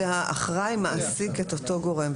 זה האחראי, מעסיק את אותו גורם.